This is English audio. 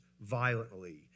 violently